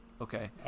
Okay